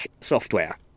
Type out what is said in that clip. software